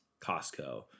Costco